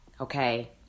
okay